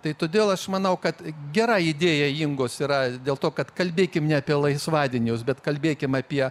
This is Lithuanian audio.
tai todėl aš manau kad gera idėja ingos yra dėl to kad kalbėkim ne apie laisvadienius bet kalbėkim apie